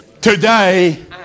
today